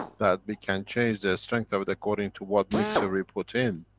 that we can change the strength of it according to what mixer we put in